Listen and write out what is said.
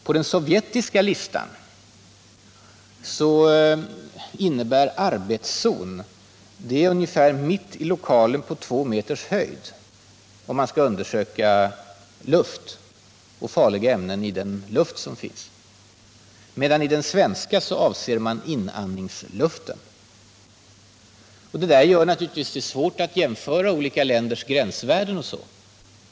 När man skall undersöka farliga ämnen i luften undersöker man i Sovjetunionen arbetszonen. I — Om åtgärder för att den sovjetiska listan avser man med arbetszon luften mitt i lokalen på förhindra skador av två meters höjd. I den svenska listan avser man däremot inandnings = farliga lösningsmeluften. del Sådana omständigheter gör det svårt att jämföra olika länders gränsvärden.